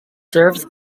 served